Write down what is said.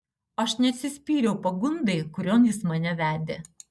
aš neatsispyriau pagundai kurion jis mane vedė